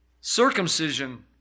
Circumcision